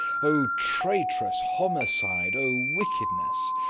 o trait'rous homicide! o wickedness!